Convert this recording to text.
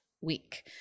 week